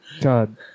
God